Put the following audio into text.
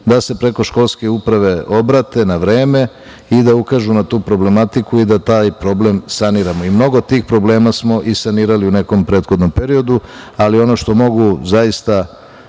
da se preko školske uprave obrate na vreme i da ukažu na tu problematiku i da taj problem saniramo. Mnogo tih problema smo i sanirali u nekom prethodnom periodu. Ono što mogu zaista